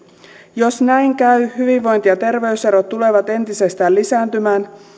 jos näin käy hyvinvointi ja terveyserot tulevat entisestään lisääntymään